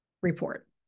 report